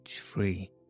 free